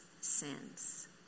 sins